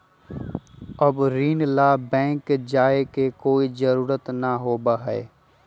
अब ऋण ला बैंक जाय के कोई जरुरत ना होबा हई